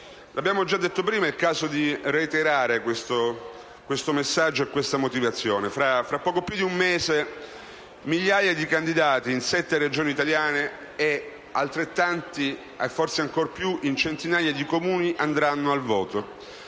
L'abbiamo già detto prima ed è il caso di reiterare questo messaggio e questa motivazione. Tra poco più di un mese migliaia di candidati in sette Regioni italiane e altrettanti, e forse ancora più, in centinaia di Comuni, andranno al voto.